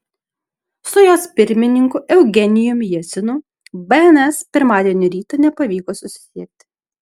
su jos pirmininku eugenijumi jesinu bns pirmadienio rytą nepavyko susisiekti